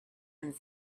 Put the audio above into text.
and